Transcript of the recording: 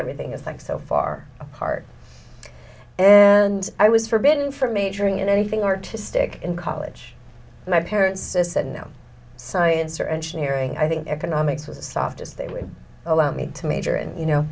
everything is like so far apart and i was forbidden from majoring in anything artistic in college my parents said no science or engineering i think economics was a soft as they would allow me to major in you know